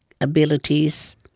abilities